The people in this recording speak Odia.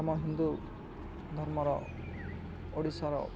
ଆମ ହିନ୍ଦୁ ଧର୍ମର ଓଡ଼ିଶାର